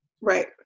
Right